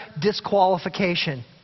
disqualification